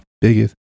biggest